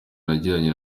nagiranye